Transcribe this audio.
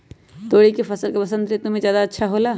तोरी के फसल का बसंत ऋतु में ज्यादा होला?